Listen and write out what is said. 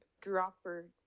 dropper